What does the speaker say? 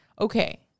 okay